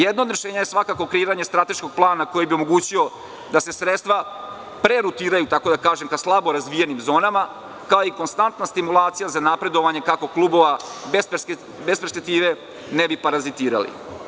Jedno od rešenja je svakako kreiranje strateškog plana koji bi omogućio da se sredstva prerutiraju da tako kažem ka slabo razvijenim zonama kao i konstantna stimulacija za napredovanje klubova bez perspektive, ne bi parazitirali.